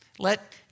Let